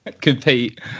Compete